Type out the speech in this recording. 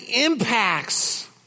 impacts